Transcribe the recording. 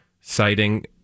citing